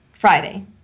Friday